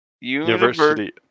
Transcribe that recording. University